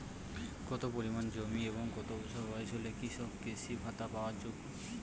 কত পরিমাণ জমি এবং কত বছর বয়স হলে কৃষক কৃষি ভাতা পাওয়ার যোগ্য?